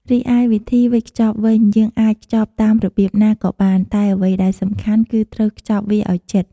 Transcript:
រីឯវិធីវេចខ្ចប់វិញ យើងអាចខ្ចប់តាមរបៀបណាក៏បាន តែអ្វីដែលសំខាន់គឺត្រូវខ្ចប់វាឲ្យជិត។